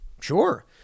sure